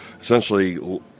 essentially